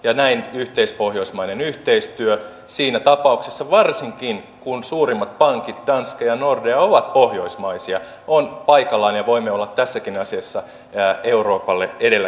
näin yhteispohjoismainen yhteistyö siinä tapauksessa varsinkin kun suurimmat pankit danske ja nordea ovat pohjoismaisia on paikallaan ja voimme olla tässäkin asiassa euroopalle edelläkävijöinä